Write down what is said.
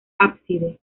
ábside